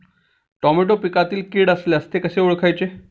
Tomato पिकातील कीड असल्यास ते कसे ओळखायचे?